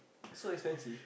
so expensive